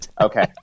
Okay